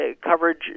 coverage